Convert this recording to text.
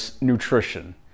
nutrition